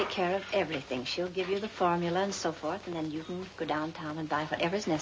take care of everything she'll give you the formula and so forth and then you can go downtown and buy for ever